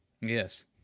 Yes